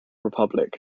republic